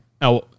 Now